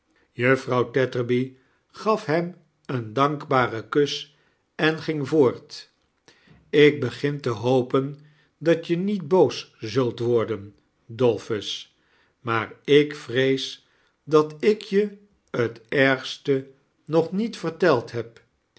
juffrouw tetterby gaf hem een dankbaren kus en gmg voort ik begin te hopen dat je niet booszult worden dolphus maar ik vrees dat ik je t ergste nog niet verteld heb